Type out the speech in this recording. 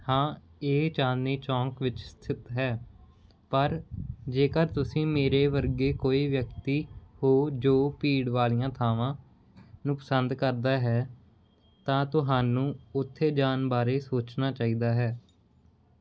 ਹਾਂ ਇਹ ਚਾਂਦਨੀ ਚੌਂਕ ਵਿੱਚ ਸਥਿਤ ਹੈ ਪਰ ਜੇਕਰ ਤੁਸੀਂ ਮੇਰੇ ਵਰਗੇ ਕੋਈ ਵਿਅਕਤੀ ਹੋ ਜੋ ਭੀੜ ਵਾਲੀਆਂ ਥਾਵਾਂ ਨੂੰ ਪਸੰਦ ਕਰਦਾ ਹੈ ਤਾਂ ਤੁਹਾਨੂੰ ਉੱਥੇ ਜਾਣ ਬਾਰੇ ਸੋਚਣਾ ਚਾਹੀਦਾ ਹੈ